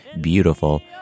beautiful